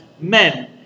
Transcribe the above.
men